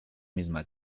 misma